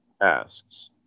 asks